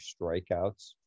strikeouts